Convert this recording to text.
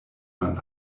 man